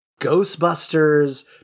Ghostbusters